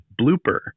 blooper